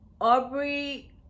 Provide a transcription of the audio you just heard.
aubrey